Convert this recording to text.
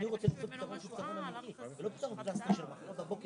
אני אומר דבר כזה, לימור תגיד עכשיו